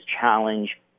challenge